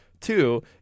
Two